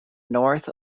north